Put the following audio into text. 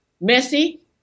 messy